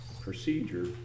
procedure